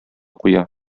куя